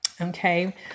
Okay